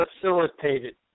facilitated